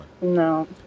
No